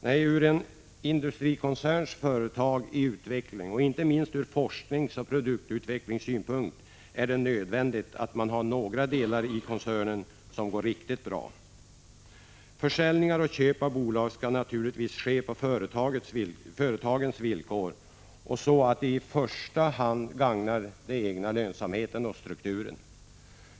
Nej, för en industrikoncern med företag i utveckling, och inte minst ur forskningsoch produktutvecklingssynpunkt, är det nödvändigt att några delar i koncernen går riktigt bra. Försäljningar och köp av bolag skall naturligtvis ske på företagets villkor för att i första hand gagna den egna lönsamheten och strukturen.